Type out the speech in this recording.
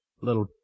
little